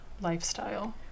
lifestyle